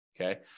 Okay